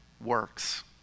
works